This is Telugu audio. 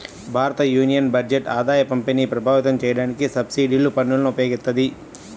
భారతయూనియన్ బడ్జెట్ ఆదాయపంపిణీని ప్రభావితం చేయడానికి సబ్సిడీలు, పన్నులను ఉపయోగిత్తది